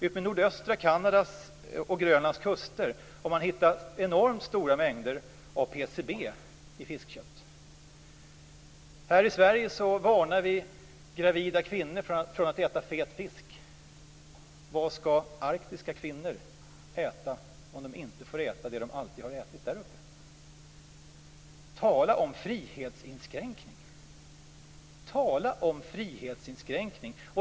Utmed nordöstra Kanadas och Grönlands kuster har man hittat enormt stora mängder PCB i fiskkött. Här i Sverige varnar vi gravida kvinnor för att äta fet fisk. Vad ska arktiska kvinnor äta om de inte får äta det de alltid har ätit där uppe? Tala om frihetsinskränkning!